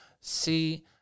see